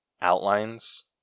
outlines